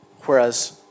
Whereas